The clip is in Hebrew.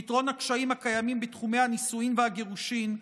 פתרון הקשיים הקיימים בתחומי הנישואין והגירושין,